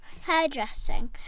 Hairdressing